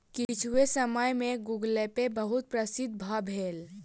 किछुए समय में गूगलपे बहुत प्रसिद्ध भअ भेल